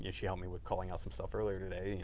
yeah she helped me with calling out some stuff earlier today.